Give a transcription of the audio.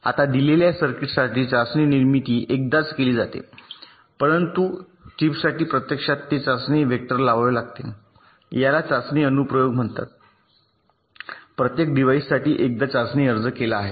आता दिलेल्या सर्किटसाठी चाचणी निर्मिती एकदाच केली जाते परंतु प्रत्येक चिपसाठी प्रत्यक्षात ते चाचणी वेक्टर लावावे लागतात याला चाचणी अनुप्रयोग म्हणतात प्रत्येक डिव्हाइससाठी एकदा चाचणी अर्ज केला आहे